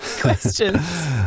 questions